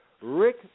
Rick